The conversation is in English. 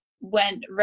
went